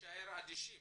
להישאר אדישים.